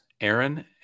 Aaron